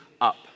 up